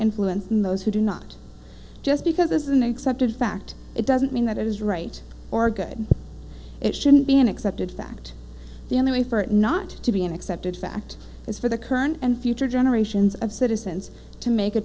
influence than those who do not just because this is an accepted fact it doesn't mean that it is right or good it shouldn't be an accepted fact the only way for it not to be an accepted fact is for the current and future generations of citizens to make a